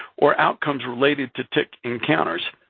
or outcomes relating to tick encounters,